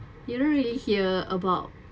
you don't really hear about